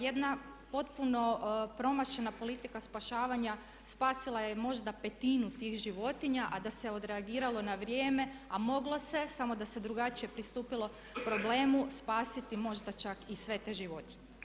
Jedna potpuno promašena politika spašavanja spasila je možda petinu tih životinja a da se odreagiralo na vrijeme a moglo se samo da se drugačije pristupilo problemu spasiti možda čak i sve te životinje.